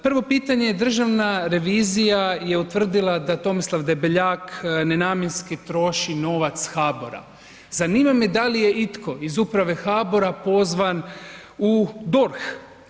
Prvo pitanje je, Državna revizija je utvrdila da Tomislav Debeljak nenamjenski troši novac HABOR-a, zanima me da li je itko iz Uprave HBOR-a pozvan u DORH?